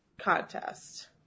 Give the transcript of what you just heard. Contest